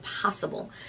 possible